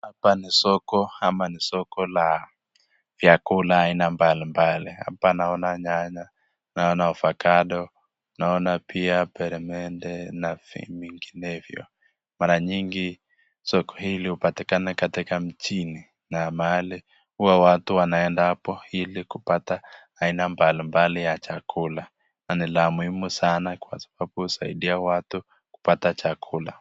Hapa ni soko ama ni soko ya vyakula ya aina mbalimbali hapa naona nyanya, ovacado naona pia peremende na vinginevyo, mara nyingi soko hili upaikana mjini na mahali huwa watu wanaenda hapo hili aina mbalimbali ya chakula na la muhimu sana kwa sababu inasaidia watu kupata chakula.